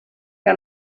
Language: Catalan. que